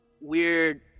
weird